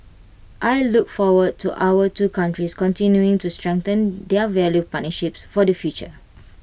I look forward to our two countries continuing to strengthen their value partnership for the future